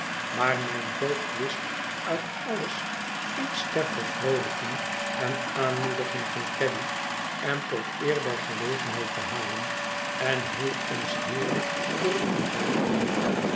maar mijn voogd wist uit alles iets ter vervroolijking en aanmoediging van caddy en tot eer der gelegenheid te halen en hielp ons heerlijk door het ontbijt heen